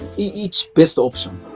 each best option.